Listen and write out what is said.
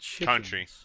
Country